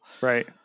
right